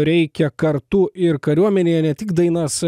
reikia kartu ir kariuomenėje ne tik dainas